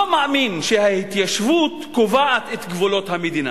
מאמין שההתיישבות קובעת את גבולות המדינה,